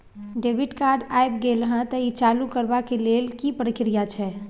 Debit card ऐब गेल हैं त ई चालू करबा के लेल की प्रक्रिया छै?